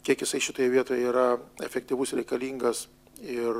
kiek jisai šitoje vietoje yra efektyvus reikalingas ir